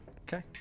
Okay